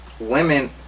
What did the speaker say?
women